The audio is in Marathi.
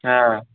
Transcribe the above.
हां